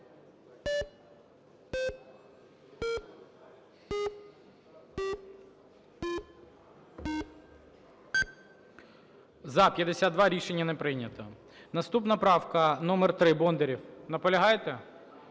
За-52 Рішення не прийнято. Наступна правка номер 3, Бондарєв. Наполягаєте?